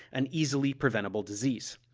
an easily preventable disease.